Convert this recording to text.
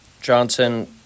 Johnson